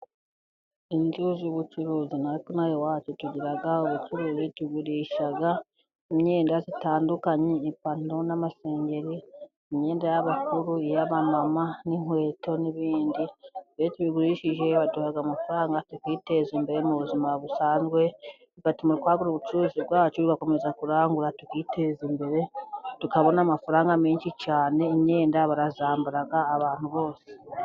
Inzu z'ubucuruzi. Ino iwacu, tugira ubucuruzi. Tugurisha imyenda itandukanye. Ipantaro n'amasengeri . Imyenda y'abakuru , iy' aba mama , inkweto, n'ibindi . Iyo tubigurishije, baduha amafaranga tukiteza imbere , mu buzima busanzwe , bigatuma twagura ubucuruzi bwacu , tugakomeza kurangura, tukiteza imbere, tukabona amafaranga menshi cyane. Imyenda barayambara abantu bose .